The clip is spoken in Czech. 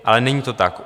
Ale není to tak.